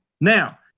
Now